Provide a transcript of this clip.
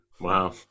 Wow